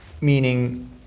meaning